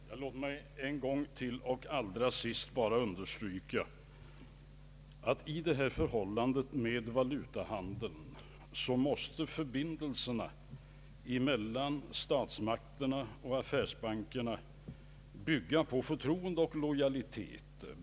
Herr talman! Låt mig en gång till och allra sist bara understryka att när det gäller valutahandeln så måste förbindelserna mellan statsmakterna och affärsbankerna bygga på förtroende och lojalitet.